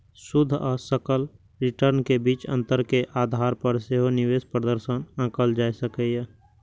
शुद्ध आ सकल रिटर्न के बीच अंतर के आधार पर सेहो निवेश प्रदर्शन आंकल जा सकैए